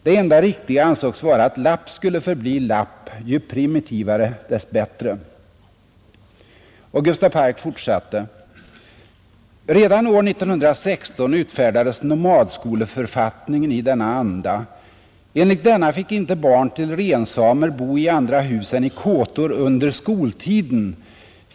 Det enda riktiga ansågs vara, att lapp skulle förbli lapp, ju primitivare, dess bättre.” ”Redan år 1916 utfärdades nomadskoleförfattningen i denna anda, Enligt denna fick inte barn till rensamer bo i andra hus än i kåtor under skoltiden.